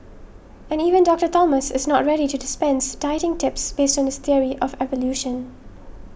and even Doctor Thomas is not ready to dispense dieting tips based on this theory of evolution